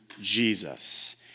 Jesus